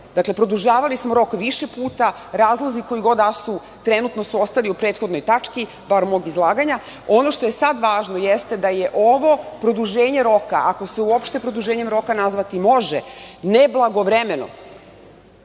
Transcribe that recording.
Dakle, produžavali smo rok više puta, razlozi koji god da su, trenutno su ostali u prethodnoj tački, bar mog izlaganja. Ono što je sada važno jeste da je ovo produženje roka, ako se uopšte produženjem roka nazvati može, ne blagovremenog,